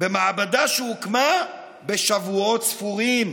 במעבדה שהוקמה בשבועות ספורים.